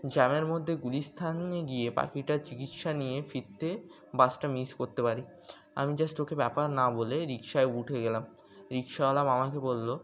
জ্যামের মধ্যে গুলিস্থানে গিয়ে পাখিটার চিকিৎসা নিয়ে ফিরতে বাসটা মিস করতে পারি আমি জাস্ট ওকে ব্যাপার না বলে রিকশায় উঠে গেলাম রিকশাওয়ালা আমাকে বলল